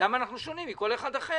למה אנחנו שונים מכל אחד אחר?